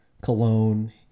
cologne